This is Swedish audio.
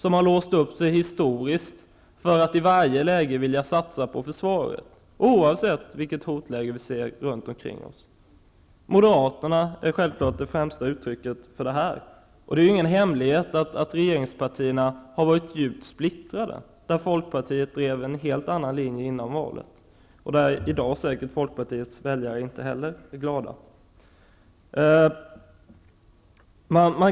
De har låst upp sig historiskt för att i varje läge vilja satsa på försvaret, oavsett vilket hotläge vi ser runt omkring oss. Moderaterna är självfallet de främsta företrädarna för detta. Det är ingen hemlighet att regeringspartierna har varit djupt splittrade. Folkpartiet drev en helt annan linje innan valet. I dag är säkert inte heller Folkpartiets väljare glada.